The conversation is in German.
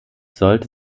sollte